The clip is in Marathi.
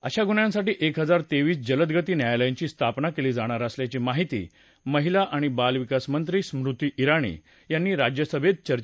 अशा गुन्ह्यांसाठी एक हजार तेवीस जलदगती न्यायालयांची स्थापना केली जाणार असल्याची माहिती महिला आणि बालविकास मंत्री स्मृती जिाणी यांनी राज्यसभेत चर्चे दरम्यान दिली